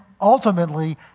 ultimately